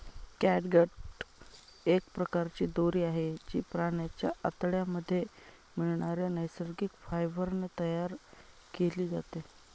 catgut एक प्रकारची दोरी आहे, जी प्राण्यांच्या आतड्यांमध्ये मिळणाऱ्या नैसर्गिक फायबर ने तयार केली जाते